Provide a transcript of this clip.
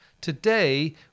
Today